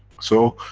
so,